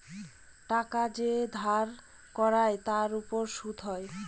টাকা যে ধার করায় তার উপর সুদ হয়